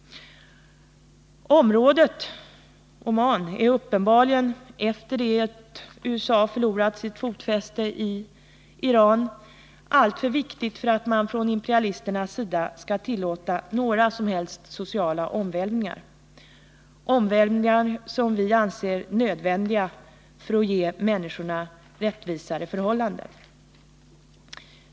Efter det att USA har förlorat sitt fotfäste i Iran är Oman uppenbarligen alltför viktigt för att man från imperialisternas sida skall tillåta några som helst sociala omvälvningar — omvälvningar som är nödvändiga för att ge människorna rättvisare förhållanden.